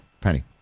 Penny